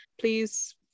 Please